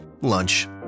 Lunch